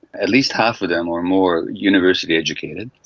at least half of them or more university educated,